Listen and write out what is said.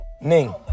Ning